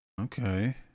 Okay